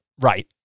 Right